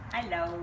Hello